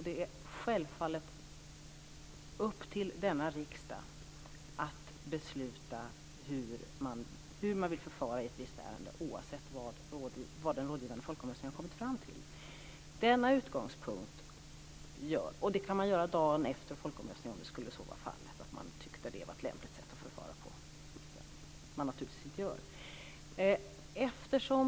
Det är självfallet upp till denna riksdag att besluta hur man vill förfara i ett visst ärende oavsett vad den rådgivande folkomröstningen har kommit fram till. Det kan man göra dagen efter folkomröstningen om man skulle tycka att det var ett lämpligt sätt att förfara på, vilket man naturligtvis inte gör.